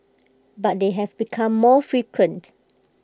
but they have become more frequent